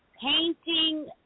painting